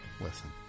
listen